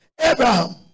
Abraham